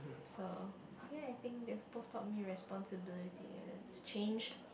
so ya I think they boost top me responsibility and this changed